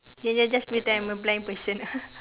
ya ya just pretend I'm a blind person